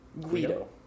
Guido